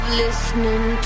listening